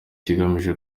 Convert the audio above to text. kigamije